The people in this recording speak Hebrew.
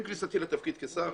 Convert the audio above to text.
נכנסתי לתפקיד שר